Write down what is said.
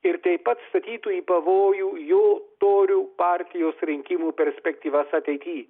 ir taip pat statytų į pavojų jo torių partijos rinkimų perspektyvas ateity